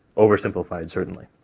oversimplified, certainly.